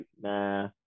nah